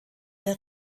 der